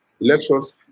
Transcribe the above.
elections